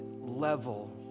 level